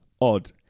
odd